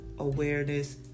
awareness